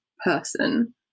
person